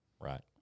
Right